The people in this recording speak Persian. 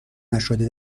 نشده